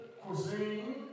cuisine